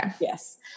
Yes